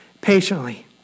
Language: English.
patiently